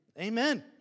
Amen